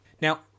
Now